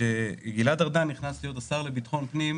כשגלעד ארדן נכנס לתפקיד השר לביטחון פנים,